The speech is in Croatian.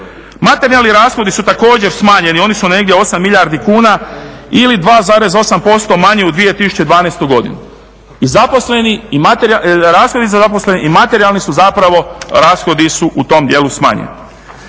Materijalni rashodi su također smanjeni, oni su negdje 8 milijardi kuna ili 2,8% manje u 2012. godini. I zaposleni i rashodi za zaposlene i materijalni su zapravo rashodi u tom dijelu smanjeni.